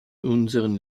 unseren